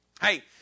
Hey